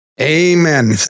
amen